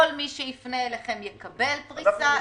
כל מי שיפנה אליכם יקבל פריסה?